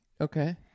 Okay